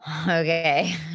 Okay